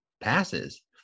passes